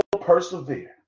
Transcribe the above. persevere